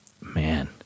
Man